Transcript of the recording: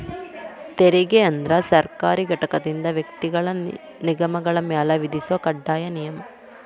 ತೆರಿಗೆ ಅಂದ್ರ ಸರ್ಕಾರಿ ಘಟಕದಿಂದ ವ್ಯಕ್ತಿಗಳ ನಿಗಮಗಳ ಮ್ಯಾಲೆ ವಿಧಿಸೊ ಕಡ್ಡಾಯ ನಿಯಮ